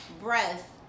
breath